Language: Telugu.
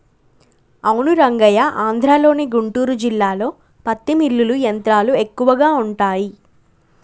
అవును రంగయ్య ఆంధ్రలోని గుంటూరు జిల్లాలో పత్తి మిల్లులు యంత్రాలు ఎక్కువగా ఉంటాయి